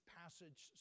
passage